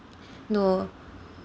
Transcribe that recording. no